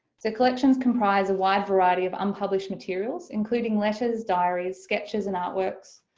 so collections comprise a wide variety of unpublished materials including letters, diaries, sketches and artworks,